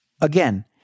Again